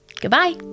Goodbye